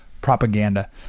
propaganda